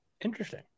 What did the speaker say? Interesting